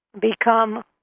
become